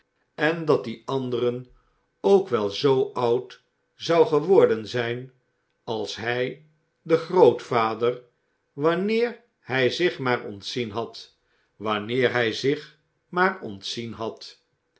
en dat die anderen ook wel zoo oud zou geworden zijn als hij de grootvader wanneer hij zich maar ontzien had wanneer hij zich maar ontzien had